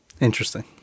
Interesting